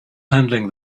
handling